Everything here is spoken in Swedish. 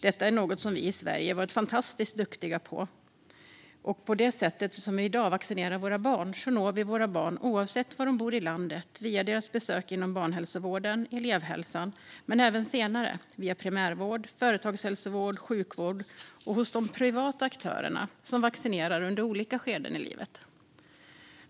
Detta är något som vi i Sverige har varit fantastiskt duktiga på, och som vi i dag vaccinerar våra barn når vi dem oavsett var de bor i landet via deras besök inom barnhälsovården och elevhälsan men även senare via primärvården, företagshälsovården, sjukvården och hos privata aktörer som vaccinerar under olika skeden i livet.